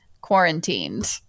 quarantined